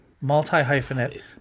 Multi-hyphenate